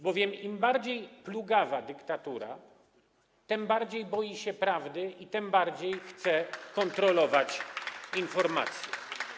Bowiem im bardziej plugawa dyktatura, tym bardziej boi się prawdy i tym bardziej chce kontrolować informacje.